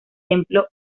templo